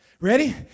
Ready